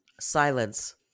Silence